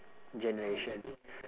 generation